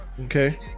Okay